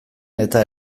eta